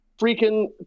freaking